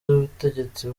y’ubutegetsi